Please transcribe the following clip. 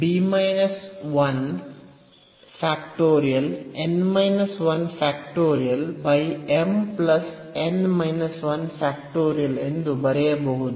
B m n ಅನ್ನು ಎಂದು ಬರೆಯಬಹುದು